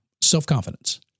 self-confidence